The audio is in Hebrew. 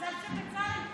מזל שבצלאל פה.